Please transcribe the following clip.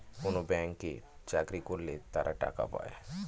কোনো ব্যাঙ্কে চাকরি করলে তারা টাকা পায়